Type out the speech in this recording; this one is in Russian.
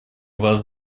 вас